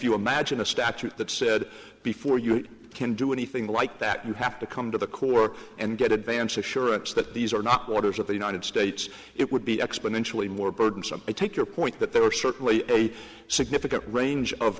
you imagine a statute that said before you can do anything like that you have to come to the corps and get advance assurance that these are not waters of the united states it would be exponentially more burdensome i take your point that there are certainly a significant range of